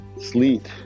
sleet